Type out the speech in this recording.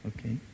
Okay